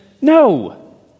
No